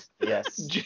Yes